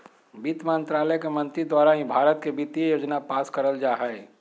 वित्त मन्त्रालय के मंत्री द्वारा ही भारत के वित्तीय योजना पास करल जा हय